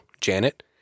Janet